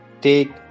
take